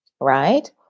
right